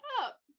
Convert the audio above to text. up